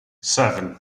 seven